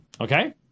Okay